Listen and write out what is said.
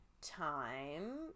time